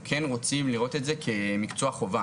כן רוצים לראות את זה כמקצוע חובה.